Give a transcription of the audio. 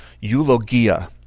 eulogia